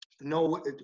no